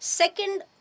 Second